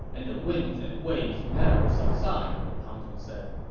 and the winds and waves never subside, pang tong said.